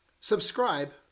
subscribe